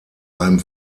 einem